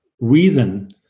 reason